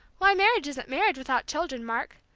why, marriage isn't marriage without children, mark.